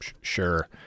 sure